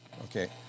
Okay